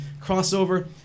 crossover